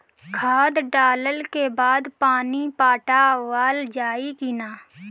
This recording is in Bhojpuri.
खाद डलला के बाद पानी पाटावाल जाई कि न?